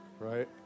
Right